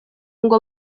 ngo